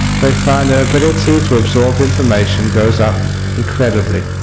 they find their ability to absorb information goes up incredibly